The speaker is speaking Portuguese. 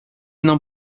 não